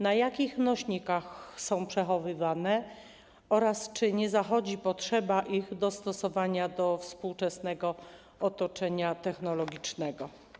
Na jakich nośnikach są przechowywane oraz czy nie zachodzi potrzeba ich dostosowania do współczesnego otoczenia technologicznego?